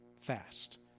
fast